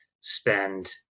spend